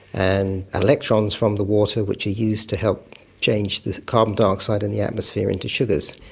and electrons from the water which are used to help change the carbon dioxide in the atmosphere into sugars.